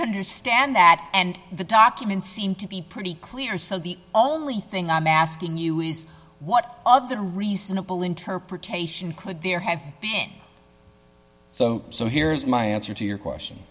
understand that and the documents seem to be pretty clear so the only thing i'm asking you is what other reasonable interpretation could there have been so so here's my answer to your question